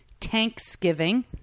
Thanksgiving